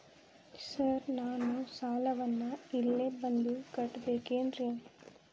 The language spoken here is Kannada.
ಸರ್ ನಾನು ಸಾಲವನ್ನು ಇಲ್ಲೇ ಬಂದು ಕಟ್ಟಬೇಕೇನ್ರಿ?